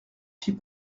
fit